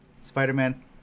Spider-Man